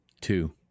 Two